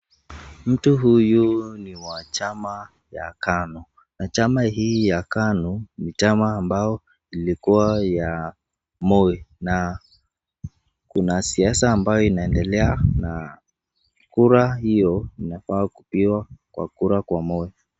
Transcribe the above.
Mtu huyu ni wa chama ya KANU ,na chama hii ya KANU ni chama ambayo ilikuwa ya Moi na kuna siasa ambayo inaendelea na kura hiyo inafaa kupigwa kwa kura kwa Moi.